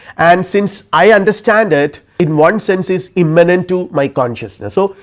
and since i understand it in one sense is immanent to my consciousness. so,